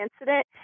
incident